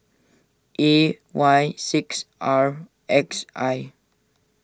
A Y six R X I